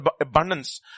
abundance